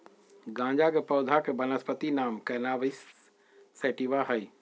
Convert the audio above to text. गाँजा के पौधा के वानस्पति नाम कैनाबिस सैटिवा हइ